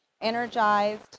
energized